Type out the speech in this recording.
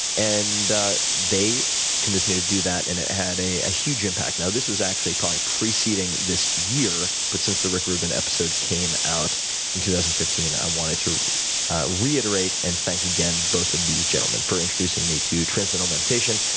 and they convinced me to do that and it had a ah huge impact. now, this was actually, probably, preceding this year, but since the rick rubin episode came out in two thousand and fifteen, i wanted to reiterate and thank, again, both of these gentlemen for introducing me to transcendental meditation.